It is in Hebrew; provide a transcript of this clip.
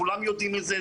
כולם יודעים את זה,